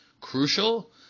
crucial